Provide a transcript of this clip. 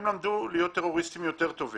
הם אנשים שלמדו להיות טרוריסטים יותר טובים.